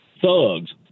thugs